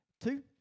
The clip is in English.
two